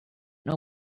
know